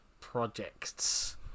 projects